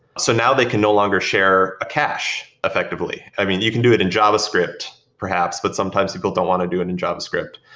so now they can no longer share a cache effectively. i mean, you can do it in javascript, perhaps, but sometimes people don't want to do in in javascript.